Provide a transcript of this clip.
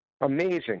Amazing